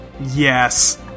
Yes